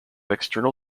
external